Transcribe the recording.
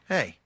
Hey